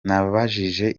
nabajije